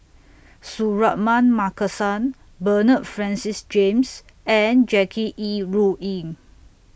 Suratman Markasan Bernard Francis James and Jackie Yi Ru Ying